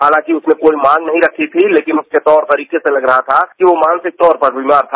हालांकि उसने कोई मांग नहीं रखी थी लेकिन उसके तौर तरीके से लग रहा था कि वो मानसिक तौर पर बीमार था